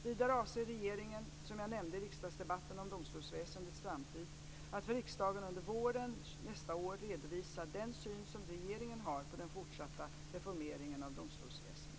Vidare avser regeringen - som jag nämnde i riksdagsdebatten om domstolsväsendets framtid - att för riksdagen under våren 2000 redovisa den syn som regeringen har på den fortsatta reformeringen av domstolsväsendet.